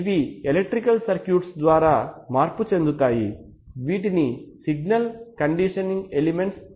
ఇవి electrical circuits ద్వారా మార్పు చెందుతాయి వీటిని సిగ్నల్ కండిషన్ ఎలిమెంట్స్ అంటారు